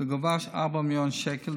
בגובה של 4 מיליון שקל,